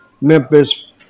Memphis